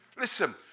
Listen